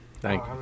Thank